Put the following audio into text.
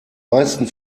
meisten